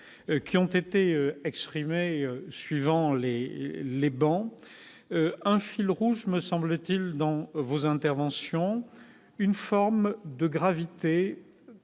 qui ont été exprimées, suivant les les bancs ainsi le rouge, me semble-t-il, dans vos interventions, une forme de gravité